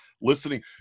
listening